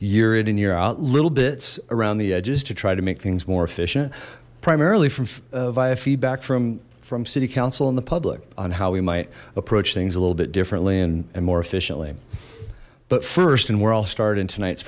it in your out little bits around the edges to try to make things more efficient primarily from via feedback from from city council and the public on how we might approach things a little bit differently and more efficiently but first and we're all started in tonight's